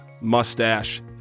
mustache